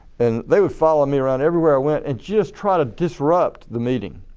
and they were following me around everywhere i went and just trying to disrupt the meeting.